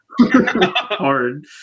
hard